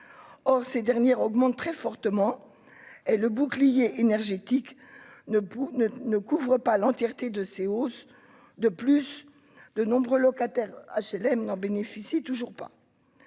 or ces dernières augmentent très fortement et le bouclier énergétique ne pour ne ne couvre pas l'entièreté de séance de plus de nombreux locataires HLM n'en bénéficient toujours pas,